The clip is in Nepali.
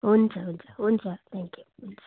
हुन्छ हुन्छ हुन्छ थ्याङ्क यू हुन्छ